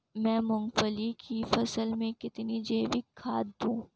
मैं मूंगफली की फसल में कितनी जैविक खाद दूं?